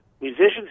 musicians